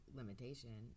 limitation